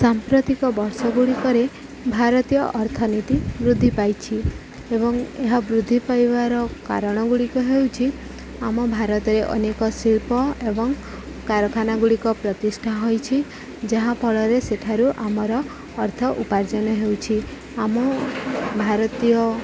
ସାମ୍ପ୍ରତିକ ବର୍ଷ ଗୁଡ଼ିକରେ ଭାରତୀୟ ଅର୍ଥନୀତି ବୃଦ୍ଧି ପାଇଛି ଏବଂ ଏହା ବୃଦ୍ଧି ପାଇବାର କାରଣ ଗୁଡ଼ିକ ହେଉଛି ଆମ ଭାରତରେ ଅନେକ ଶିଳ୍ପ ଏବଂ କାରଖାନା ଗୁଡ଼ିକ ପ୍ରତିଷ୍ଠା ହୋଇଛି ଯାହାଫଳରେ ସେଠାରୁ ଆମର ଅର୍ଥ ଉପାର୍ଜନ ହେଉଛି ଆମ ଭାରତୀୟ